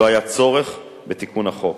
לא היה צורך בתיקון החוק.